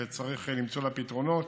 וצריך למצוא לה פתרונות.